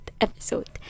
episode